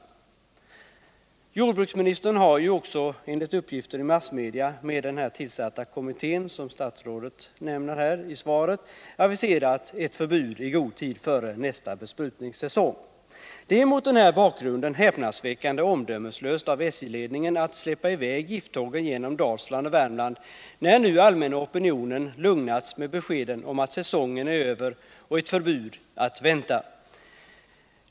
— sprutning Jordbruksministern har ju också enligt uppgifter i massmedia aviserat ett förbud i god tid före nästa besprutningssäsong. Det är mot den här bakgrunden häpnadsväckande omdömeslöst av SJ-ledningen att släppa iväg med beskeden om att säsongen är över och att ett förbud är att vänta.